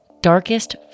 darkest